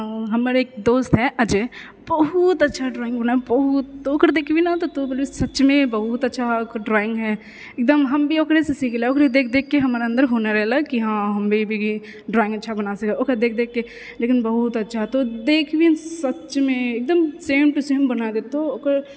हमर एक दोस्त है अजय बहुत अच्छा ड्रॉइंग बनाबै है बहुत तौं ओकर देखबहि ने तऽ तौं बोलबहि सचमे बहुत अच्छा ड्रॉइंग है एकदम हम भी ओकरेसँ सिखले ओकरे देख देखकऽ हमर अन्दर हुनर ऐलै कि हँ हमनि भी ड्रॉइंग अच्छा बना सकै है ओकरे देख देखकऽ लेकिन बहुत अच्छा तौं देखबहि तऽ सचमे एकदम सैम टू सेम बना देतौ ओकर